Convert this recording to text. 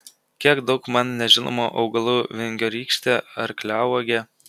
kiek daug man nežinomų augalų vingiorykštė arkliauogė